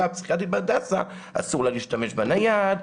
הפסיכיאטרית בהדסה: אסור לה להשתמש בנייד,